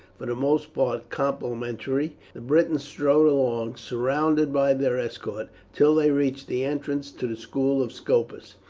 for the most part complimentary, the britons strode along, surrounded by their escort, until they reached the entrance to the school of scopus.